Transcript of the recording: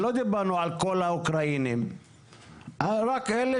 לא דיברנו על כל האוקראינים אלא רק על אלה